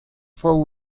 full